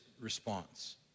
response